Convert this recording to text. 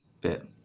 bit